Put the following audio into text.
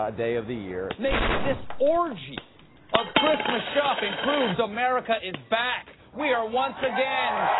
day of the year. nation, this orgy of christmas shopping proves america is back! we are once again.